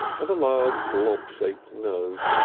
and a large blob-shaped nose.